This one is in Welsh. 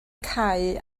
cau